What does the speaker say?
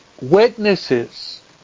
witnesses